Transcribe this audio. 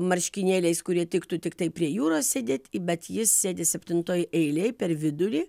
marškinėliais kurie tiktų tiktai prie jūros sėdėt bet jis sėdi septintoj eilėj per vidurį